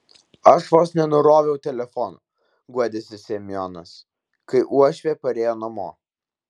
aš vos nenuroviau telefono guodėsi semionas kai uošvė parėjo namo